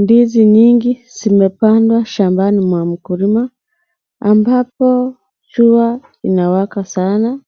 Ndizi nyingi zimepandwa shambani mwa mkulima, ambapo jua linawaka sana,